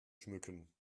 schmücken